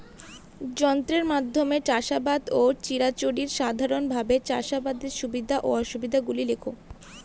যন্ত্রের মাধ্যমে চাষাবাদ ও চিরাচরিত সাধারণভাবে চাষাবাদের সুবিধা ও অসুবিধা গুলি লেখ?